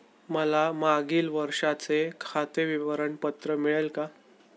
मला मागील वर्षाचे खाते विवरण पत्र मिळेल का?